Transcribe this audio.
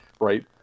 right